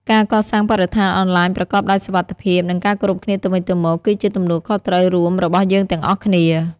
ការកសាងបរិស្ថានអនឡាញប្រកបដោយសុវត្ថិភាព និងការគោរពគ្នាទៅវិញទៅមក គឺជាទំនួលខុសត្រូវរួមរបស់យើងទាំងអស់គ្នា។